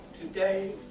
today